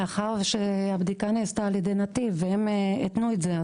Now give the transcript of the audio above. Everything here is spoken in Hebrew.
מאחר שהבדיקה נעשתה על ידי נתיב והם התנו את זה,